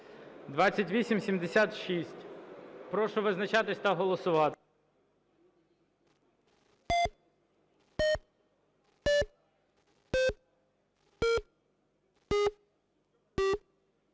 Прошу визначатися та голосувати.